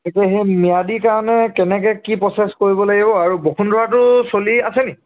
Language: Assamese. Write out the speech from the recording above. গতিকৈ সেই ম্যাদিৰ কাৰণে কেনেকৈ কি প্ৰচেছ কৰিব লাগিব আৰু বসুন্ধৰাটো চলি আছেনি